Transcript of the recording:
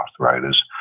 arthritis